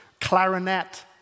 clarinet